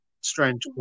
strange